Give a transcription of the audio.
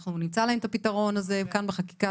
אנחנו נמצא להם את הפתרון הזה כאן בחקיקה.